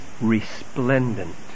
resplendent